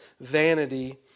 vanity